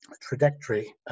trajectory